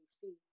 see